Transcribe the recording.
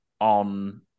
on